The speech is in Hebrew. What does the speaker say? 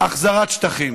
החזרת שטחים.